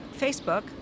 Facebook